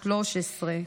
בת 13,